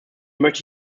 möchte